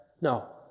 No